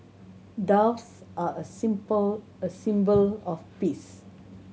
doves are a simple a symbol of peace